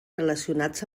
relacionats